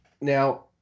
Now